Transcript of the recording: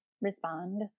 respond